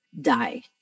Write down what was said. die